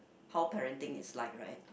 how parenting is like right